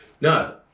no